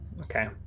Okay